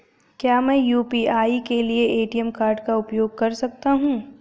क्या मैं यू.पी.आई के लिए ए.टी.एम कार्ड का उपयोग कर सकता हूँ?